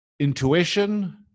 Intuition